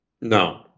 No